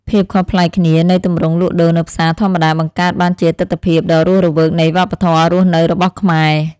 ភាពខុសប្លែកគ្នានៃទម្រង់លក់ដូរនៅផ្សារធម្មតាបង្កើតបានជាទិដ្ឋភាពដ៏រស់រវើកនៃវប្បធម៌រស់នៅរបស់ខ្មែរ។